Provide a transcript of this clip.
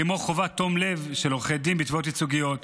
כמו חובת תום לב של עורכי דין בתביעות ייצוגיות,